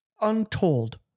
untold